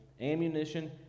ammunition